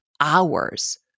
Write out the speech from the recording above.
hours